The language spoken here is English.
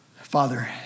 Father